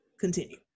continue